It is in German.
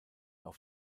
auf